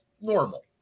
normal